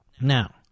Now